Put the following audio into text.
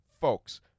folks